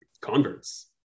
converts